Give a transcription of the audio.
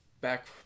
back